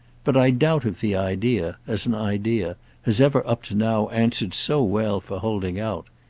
but i doubt if the idea as an idea has ever up to now answered so well for holding out.